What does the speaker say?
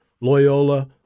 Loyola